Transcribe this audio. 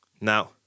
Now